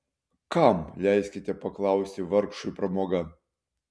kam leiskite paklausti vargšui pramoga